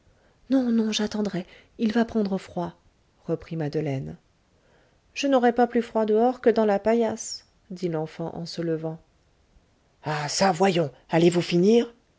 non non j'attendrai il va prendre froid reprit madeleine je n'aurai pas plus froid dehors que dans la paillasse dit l'enfant en se levant à çà voyons allez-vous finir